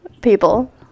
people